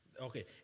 okay